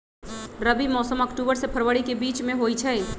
रबी मौसम अक्टूबर से फ़रवरी के बीच में होई छई